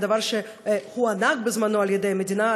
מדבר שהוענק בזמנו על-ידי המדינה,